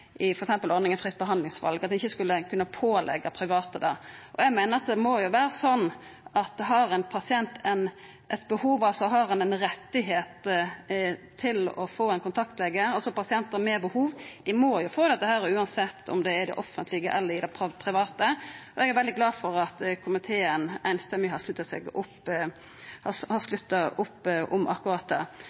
i samband med ordninga med fritt behandlingsval, at ein ikkje skulle kunna påleggja private det. Eg meiner at det må vera slik at har ein pasient eit behov, har ein rett til å få ein kontaktlege – altså ein pasient med eit behov må få kontaktlege uansett om det er innan det offentlege eller det private. Eg er veldig glad for at komiteen samrøystes har slutta opp om akkurat det. Til slutt til det om